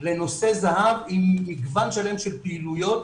לנושא זה"ב עם מגוון שלם של פעילויות,